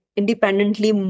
independently